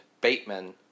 Bateman